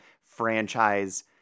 franchise